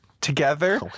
together